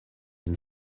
une